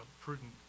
prudent